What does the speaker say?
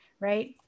right